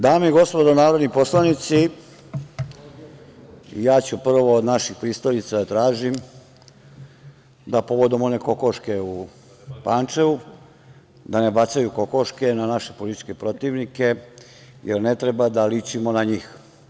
Dame i gospodo narodni poslanici, ja ću prvo od naših pristalica da tražim da povodom one kokoške u Pančevu, da ne bacaju kokoške na naše političke protivnike, jer ne treba da ličimo na njih.